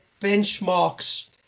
benchmarks